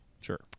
sure